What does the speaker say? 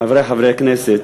חברי חברי הכנסת,